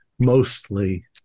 Mostly